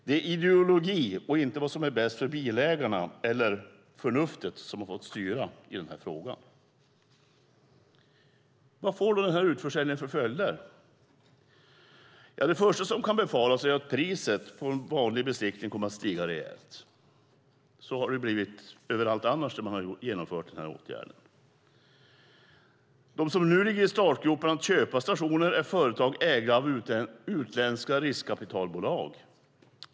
Det är ideologi och inte förnuftet och vad som är bäst för bilägarna som fått styra i frågan. Vad får då denna utförsäljning för följder? Ja, det första som kan befaras är att priset på en vanlig besiktning kommer att stiga rejält. Så har det ju blivit med allt annat där man har genomfört denna åtgärd. De som nu ligger i startgroparna för att köpa stationer är företag ägda av utländska riskkapitalbolag.